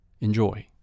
Enjoy